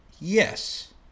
Yes